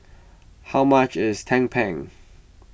how much is Tumpeng